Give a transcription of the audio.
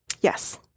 yes